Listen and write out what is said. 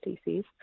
species